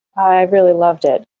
i really loved it.